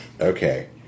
Okay